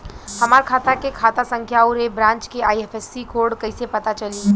हमार खाता के खाता संख्या आउर ए ब्रांच के आई.एफ.एस.सी कोड कैसे पता चली?